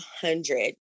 hundred